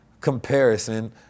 comparison